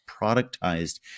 productized